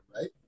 right